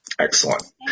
Excellent